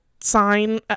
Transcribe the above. Sign